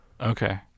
Okay